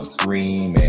Scream